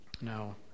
Now